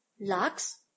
Lux